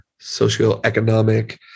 socioeconomic